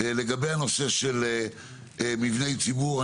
לגבי הנושא של מבני ציבור,